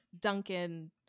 Duncan